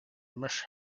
miss